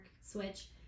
switch